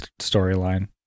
storyline